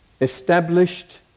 established